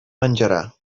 menjarà